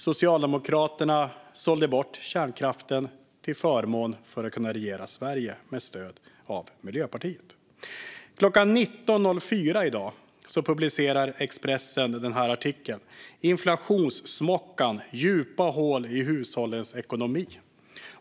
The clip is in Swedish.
Socialdemokraterna sålde bort kärnkraften för att kunna regera Sverige med stöd av Miljöpartiet. Klockan 19:04 i dag publicerade Expressen en artikel med rubriken: "Inflationssmockan: Djupa hål i hushållens ekonomi."